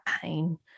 pain